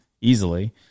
easily